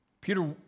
Peter